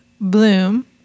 Bloom